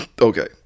Okay